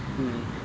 mm